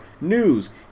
news